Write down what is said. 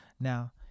Now